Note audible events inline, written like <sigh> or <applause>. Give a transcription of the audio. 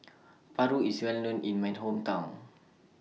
<noise> Paru IS Well known in My Hometown